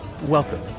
Welcome